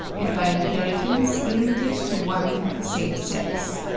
and by inheritance limited to one and the same sex.